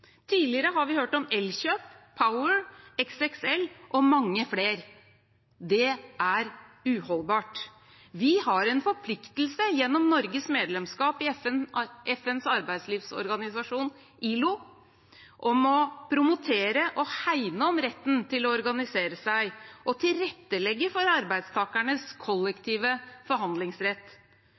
Tidligere har vi hørt om Elkjøp, Power, XXL og mange flere. Det er uholdbart. Vi har en forpliktelse gjennom Norges medlemskap i FNs arbeidslivsorganisasjon ILO til å promotere og hegne om retten til å organisere seg og tilrettelegge for arbeidstakernes kollektive forhandlingsrett.